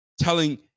telling